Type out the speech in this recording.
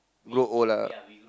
grow old lah